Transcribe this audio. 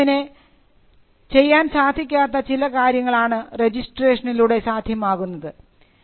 passing ഓഫിന് ചെയ്യാൻ സാധിക്കാത്ത ചില കാര്യങ്ങളാണ് രജിസ്ട്രേഷൻനിലൂടെ സാധ്യമാകുന്നത്